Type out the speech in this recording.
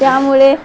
त्यामुळे